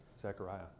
Zechariah